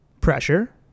Pressure